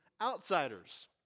outsiders